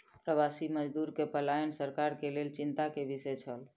प्रवासी मजदूर के पलायन सरकार के लेल चिंता के विषय छल